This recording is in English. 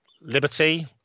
liberty